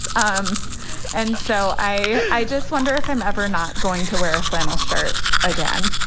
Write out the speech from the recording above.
um and so i i just wonder if i'm ever not going to wear a flannel shirt again